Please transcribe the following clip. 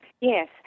Yes